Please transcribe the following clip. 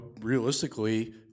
realistically